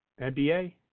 NBA